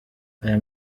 aya